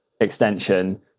extension